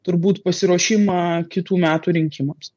turbūt pasiruošimą kitų metų rinkimams